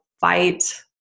fight